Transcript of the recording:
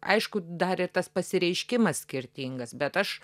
aišku dar ir tas pasireiškimas skirtingas bet aš